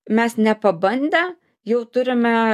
mes nepabandę jau turime